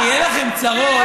כשיהיו לכם צרות,